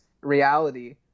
reality